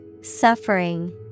Suffering